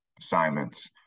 assignments